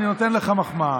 ואני נותן לך מחמאה.